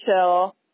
chill